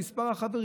עם מספר החברים,